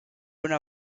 una